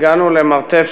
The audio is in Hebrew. הגענו למרתף,